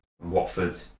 Watford